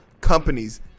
companies